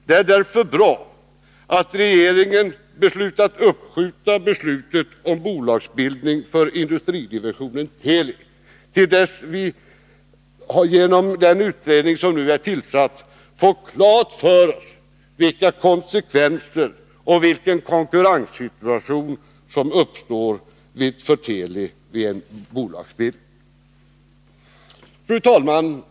Det är därför bra att regeringen har uppskjutit beslutet om bolagsbildning för industridivisionen Tele till dess den tillsatta utredningen fått klart för sig vilka konsekvenser och vilken konkurrenssituation som uppstår för Tele vid en bolagsbildning. Fru talman!